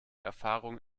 erfahrung